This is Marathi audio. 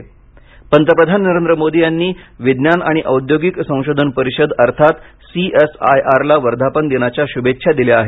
पंतप्रधान पंतप्रधान नरेंद्र मोदी यांनी विज्ञान आणि औद्योगिक संशोधन परिषद अर्थात सीएसआयआरला वर्धापनदिनाच्या शुभेच्छा दिल्या आहेत